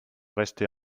restés